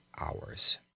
hours